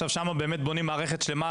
שם בונים מערכת שלמה,